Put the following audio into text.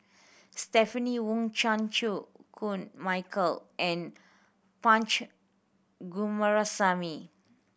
Stephanie Wong Chan Chew Koon Michael and Punch Coomaraswamy